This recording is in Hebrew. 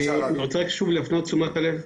אני רוצה להפנות את תשומת הלב.